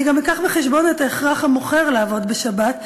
אני גם אביא בחשבון את ההכרח של המוכר לעבוד בשבת,